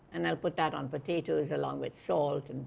and i'll put that on potatoes along with salt, and